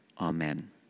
Amen